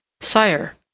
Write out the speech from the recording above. Sire